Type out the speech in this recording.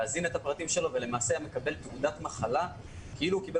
להזין את הפרטים שלו ולמעשה היה מקבל תעודת מחלה כאילו קיבל